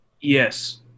Yes